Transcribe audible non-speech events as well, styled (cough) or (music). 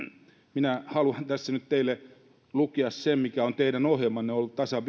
minä haluan tässä nyt teille lukea sen mikä on teidän ohjelmanne ollut tasan (unintelligible)